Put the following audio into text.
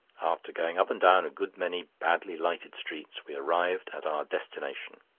after going up and down a good many badly-lighted streets we arrived at our destination.